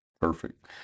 Perfect